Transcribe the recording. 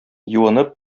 юынып